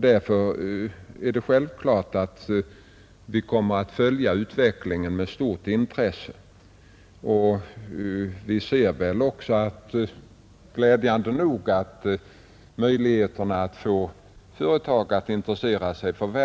Därför är det självklart att vi kommer att följa utvecklingen med stort intresse, Vi ser väl också, glädjande nog, att möjligheterna att få företag att intressera sig för